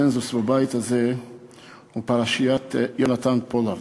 עליהם קונסנזוס בבית הזה הוא פרשיית יונתן פולארד,